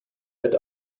wird